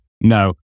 no